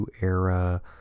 era